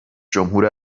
جمهور